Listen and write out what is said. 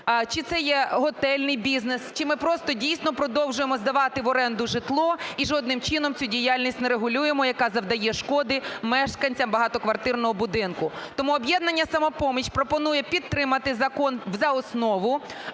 Чи це є готельний бізнес, чи ми просто дійсно продовжуємо здавати в оренду житло і жодним чином цю діяльність не регулюємо, яка завдає шкоди мешканцям багатоквартирного будинку. Тому "Об'єднання "Самопоміч" пропонує підтримати закон за основу,